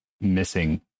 missing